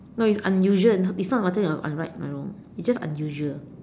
no it's unusual it's not whether you're right or wrong it's just unusual